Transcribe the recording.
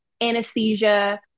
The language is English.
anesthesia